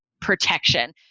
protection